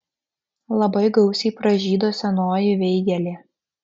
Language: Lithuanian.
labai gausiai pražydo senoji veigelė